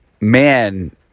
man